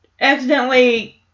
accidentally